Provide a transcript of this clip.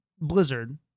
Blizzard